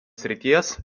srities